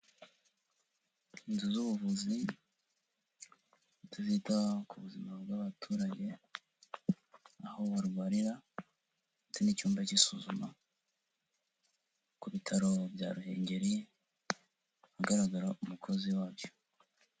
Inzu z'ubuvuzi zita ku buzima bw'abaturage, aho barwarira ndetse n'icyumba cy'isuzuma ku bitaro bya Ruhengereri ahagaragara umukozi wabyo.